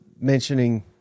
Mentioning